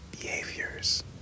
behaviors